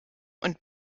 und